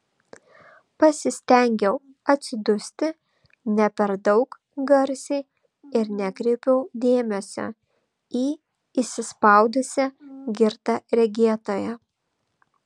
pasistengiau atsidusti ne per daug garsiai ir nekreipiau dėmesio į įsispaudusią girtą regėtoją